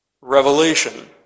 revelation